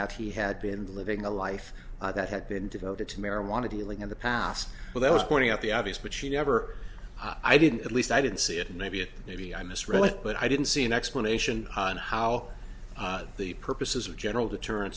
that he had been living a life that had been devoted to marijuana dealing in the past well that was pointing out the obvious but she never i didn't at least i didn't see it and maybe it maybe i misread it but i didn't see an explanation on how the purposes of general deterren